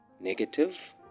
negative